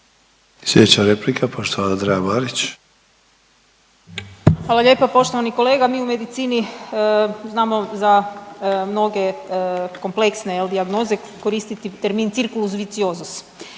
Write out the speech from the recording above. Andreja Marić. **Marić, Andreja (SDP)** Hvala lijepa. Poštovani kolega, mi u medicini znamo za mnoge kompleksne dijagnoze koristiti termin circulus vitiosus,